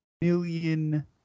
million